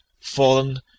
fallen